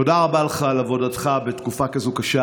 תודה רבה לך על עבודתך בתקופה כזאת קשה,